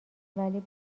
ولی